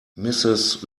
mrs